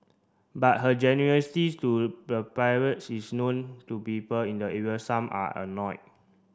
but her generosity to the is known to people in the area some are annoy